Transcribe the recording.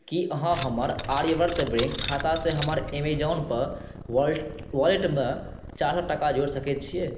कि अहाँ हमर आर्यव्रत बैँक खातासँ हमर एमेजोन पे वॉलेटमे चारि सओ टाका जोड़ि सकै छिए